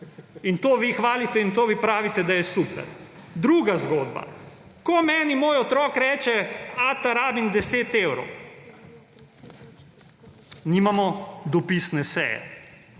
In to vi hvalite in to vi pravite, da je super. Druga zgodba. Ko meni moj otrok reče, ata, rabim 10 evrov, nimamo dopisne seje.